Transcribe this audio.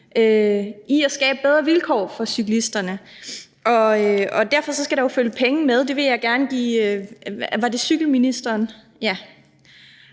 i at skabe bedre vilkår for cyklisterne. Og derfor skal der jo følge penge med; det vil jeg gerne give cykelministeren –